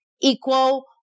equal